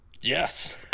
Yes